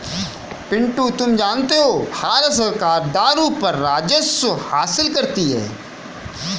पिंटू तुम जानते हो भारत सरकार दारू पर राजस्व हासिल करती है